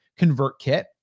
ConvertKit